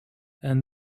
and